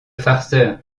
farceur